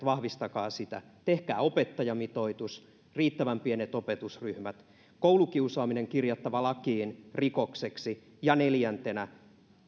vahvistakaa sitä tehkää opettajamitoitus riittävän pienet opetusryhmät koulukiusaaminen kirjattava lakiin rikokseksi ja neljäntenä